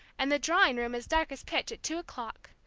and the drawing-room as dark as pitch at two o'clock.